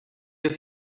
your